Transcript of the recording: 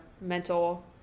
mental